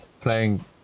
playing